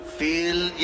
feel